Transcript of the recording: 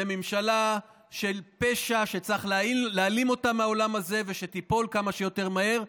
זה ממשלה של פשע שצריך להעלים אותה מהעולם הזה ושתיפול כמה שיותר מהר,